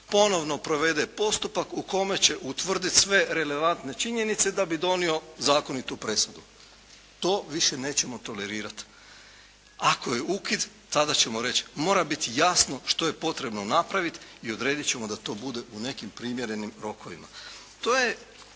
ponovno provede postupak u kome će utvrditi sve relevantne činjenice da bi donio zakonitu presudu. To više nećemo tolerirati. Ako je ukid tada ćemo reći, mora biti jasno što je potrebno napraviti i odrediti ćemo da to bude u nekim primjerenim rokovima.